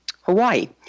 Hawaii